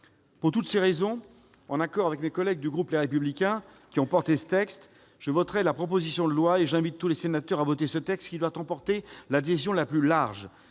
Pour toutes ces raisons, en accord avec mes collègues du groupe Les Républicains, qui ont porté ce texte, je voterai cette proposition de loi, et j'invite tous les sénateurs à voter ce texte qui doit emporter l'adhésion la plus large.